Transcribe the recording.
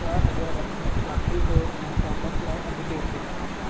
चार हज़ार रक़म दाख़िलु कयो ऐं टॉपअप लाइ अॻिते वधो